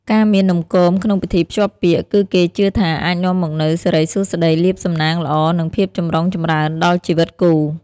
ការមាននំគមក្នុងពិធីភ្ជាប់ពាក្យ គឺគេជឿថាអាចនាំមកនូវ សិរីសួស្ដី លាភសំណាងល្អ និងភាពចម្រុងចម្រើនដល់ជីវិតគូ។